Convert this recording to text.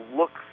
look